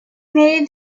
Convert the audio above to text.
need